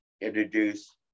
introduce